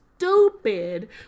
stupid